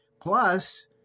Plus